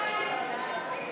ההצעה להסיר